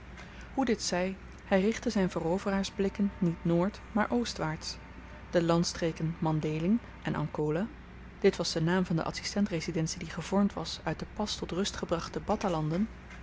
hoe dit zy hy richtte zyn veroveraarsblikken niet noord maar oostwaarts de landstreken mandhéling en ankola dit was de naam der adsistent residentie die gevormd was uit de pas tot rust gebrachte battahlanden waren